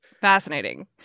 Fascinating